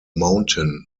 mountain